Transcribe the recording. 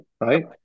right